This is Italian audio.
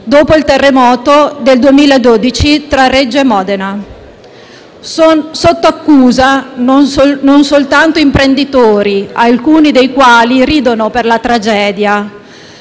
dopo il terremoto del 2012 tra Reggio e Modena. Sono sotto accusa non soltanto imprenditori, alcuni dei quali ridono per la tragedia